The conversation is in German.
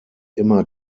immer